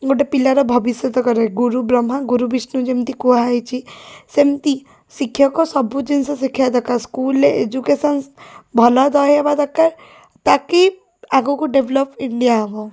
ଗୋଟେ ପିଲାର ଭବିଷ୍ୟତ କରେ ଗୁରୁ ବ୍ରହ୍ମା ଗୁରୁ ବିଷ୍ଣୁ ଯେମିତି କୁହାହେଇଛି ସେମତି ଶିକ୍ଷକ ସବୁ ଜିନିଷ ଶିଖେଇବା ଦରକାର ସ୍କୁଲ୍ରେ ଏଜୁକେସନ୍ସ ଭଲ ରହିବା ଦରକାର ତାକି ଆଗକୁ ଡେଭଲପ୍ ଇଣ୍ଡିଆ ହବ